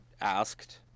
asked